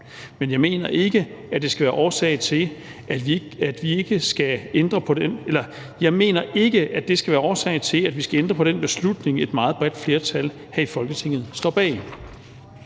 men jeg mener ikke, at det skal være årsag til, at vi skal ændre på den beslutning, et meget bredt flertal her i Folketinget står bag.